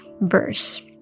verse